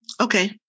Okay